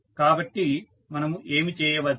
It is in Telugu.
కాబట్టి మనము ఏమి చేయవచ్చు